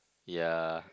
yea